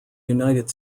united